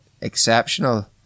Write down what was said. exceptional